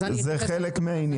זה חלק מהעניין.